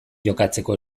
jokatzeko